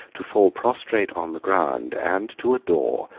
to fall prostrate on the ground, and to adore,